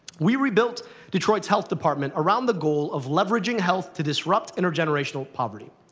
we rebuilt detroit's health department around the goal of leveraging health to disrupt intergenerational poverty.